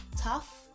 tough